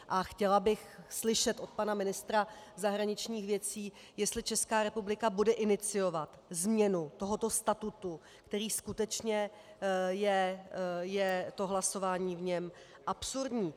A chtěla bych slyšet od pana ministra zahraničních věcí, jestli Česká republika bude iniciovat změnu tohoto statutu, v kterém skutečně je to hlasování absurdní.